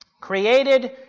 created